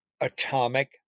atomic